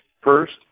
First